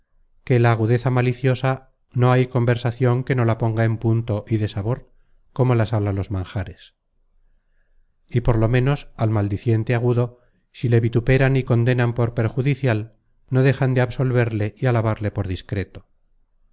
que la agudeza maliciosa no hay conversacion que no la ponga en punto y dé sabor como la sal á los manjares y por lo menos al maldiciente agudo si le vituperan y condenan por perjudicial no dejan de absolverle y alabarle por discreto